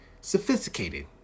sophisticated